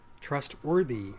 trustworthy